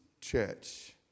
church